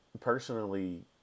personally